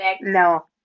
No